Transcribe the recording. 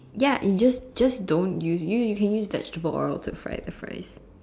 ya it's just just don't use you you can use vegetable oil to fried the fries